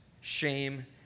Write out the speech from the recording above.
shame